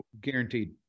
Guaranteed